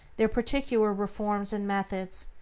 their particular reforms and methods,